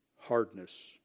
Hardness